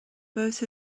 both